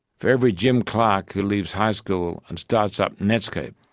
for every jim clark who leaves high school and starts up netscape,